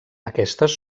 aquestes